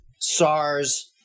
SARS